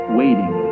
waiting